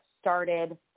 started